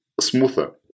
smoother